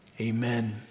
Amen